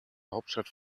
hauptstadt